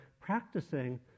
practicing